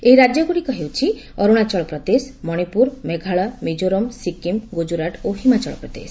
ଏହି ରାଜ୍ୟଗୁଡ଼ିକ ହେଉଛି ଅରୁଣାଞ୍ଚଳ ପ୍ରଦେଶ ମଣିପୁର ମେଘାଳୟ ମିଜେରାମ ସିକିମ୍ ଗୁଜରାଟ ଓ ହିମାଚଳ ପ୍ରଦେଶ